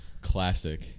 Classic